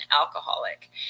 alcoholic